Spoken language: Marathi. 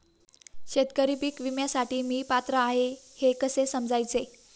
शेतकरी पीक विम्यासाठी मी पात्र आहे हे कसे समजायचे?